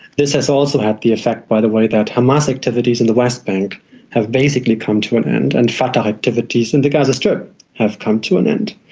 this has also had the effect, by the way, that hamas activities in the west bank have basically come to an end and fatah activities activities in the gaza strip have come to an end.